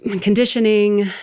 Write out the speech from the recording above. conditioning